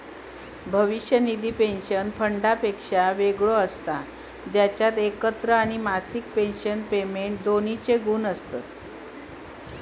भविष्य निधी पेंशन फंडापेक्षा वेगळो असता जेच्यात एकत्र आणि मासिक पेंशन पेमेंट दोन्हिंचे गुण हत